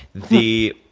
the